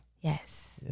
Yes